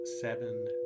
seven